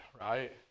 right